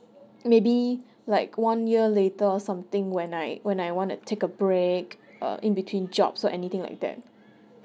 maybe like one year later or something when I when I wanna take a break uh in between jobs or anything like that